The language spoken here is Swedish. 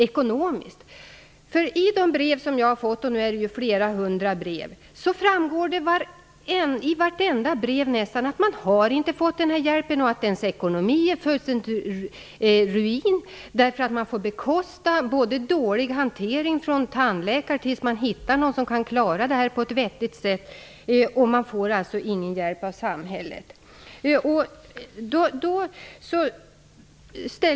I vartenda ett av de brev jag har fått - det är flera hundra - framgår det att man inte har fått hjälp och att ens ekonomi är i ruin. Man får bekosta dålig hantering från tandläkare tills man hittar någon som kan klara det på ett vettigt sätt. Man får ingen hjälp av samhället.